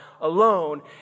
alone